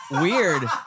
weird